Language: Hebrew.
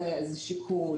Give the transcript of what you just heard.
זה שיקול